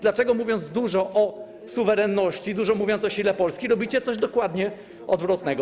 Dlaczego, mówiąc dużo o suwerenności, dużo mówiąc o sile Polski, robicie coś dokładnie odwrotnego?